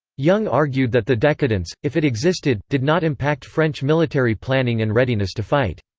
young argued that the decadence, if it existed, did not impact french military planning and readiness to fight.